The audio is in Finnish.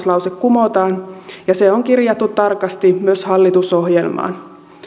lause kumotaan ja se on kirjattu tarkasti myös hallitusohjelmaan